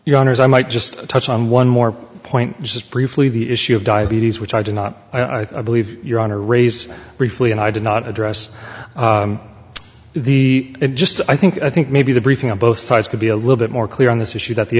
your honor as i might just touch on one more point just briefly the issue of diabetes which i do not i believe your honor raise briefly and i did not address the it just i think i think maybe the briefing on both sides could be a little bit more clear on this issue that the